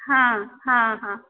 ହଁ ହଁ ହଁ